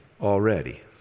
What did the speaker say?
Already